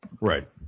Right